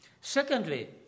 Secondly